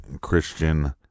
Christian